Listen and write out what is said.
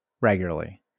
regularly